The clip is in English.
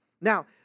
Now